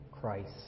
Christ